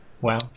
Wow